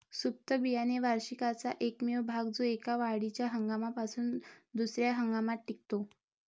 सुप्त बियाणे वार्षिकाचा एकमेव भाग जो एका वाढीच्या हंगामापासून दुसर्या हंगामात टिकतो